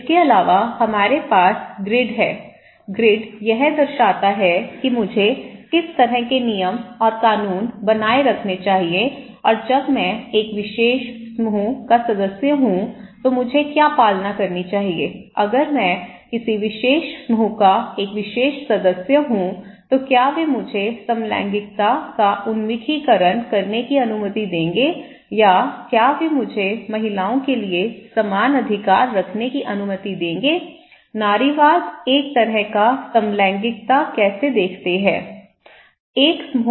इसके अलावा हमारे पास ग्रिड है ग्रिड यह दर्शाता है कि मुझे किस तरह के नियम और कानून बनाए रखने चाहिए और जब मैं एक विशेष समूह का सदस्य हूं तो मुझे क्या पालना करनी चाहिए अगर मैं किसी विशेष समूह का एक विशेष सदस्य हूं तो क्या वे मुझे समलैंगिकता का उन्मुखीकरण करने की अनुमति देंगे या क्या वे मुझे महिलाओं के लिए समान अधिकार रखने की अनुमति देंगे नारीवाद एक तरह का समलैंगिकता कैसे देखते हैं